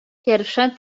pierwsze